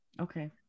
Okay